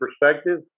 perspective